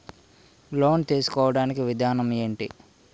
Loan తీసుకోడానికి విధానం ఏంటి?